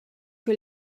que